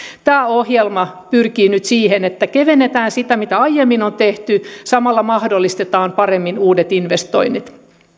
tämä ohjelma pyrkii nyt siihen että kevennetään sitä mitä aiemmin on tehty ja samalla mahdollistetaan paremmin uudet investoinnit